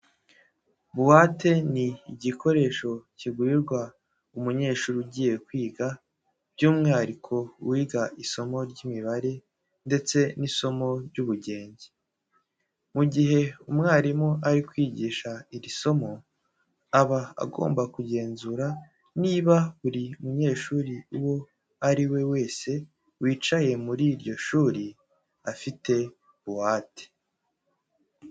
Buwate ni igikoresho kigurirwa umunyeshuri ugiye kwiga by'umwihariko uwiga isomo ry'imibare ndetse n'isomo ry'ubugenge. Mu gihe umwarimu ari kwigisha iri somo aba agomba kugenzura niba buri munyeshuri uwo ari we wese wicaye muri iryo shuri afite buwate.